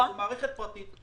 זו מערכת פרטית.